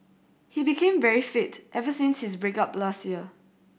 he became very fit ever since his break up last year